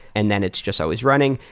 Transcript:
and then it's just always running.